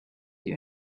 you